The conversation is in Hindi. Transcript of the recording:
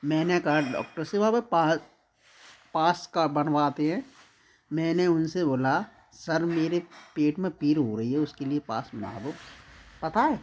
मैंने कहा डॉक्टर से पास कहाँ बनवाते हैं मैंने उनसे बोला सर मेरे पेट में पीर हो रही है उसके लिए पास बना दो पता है